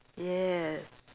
yes